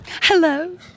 Hello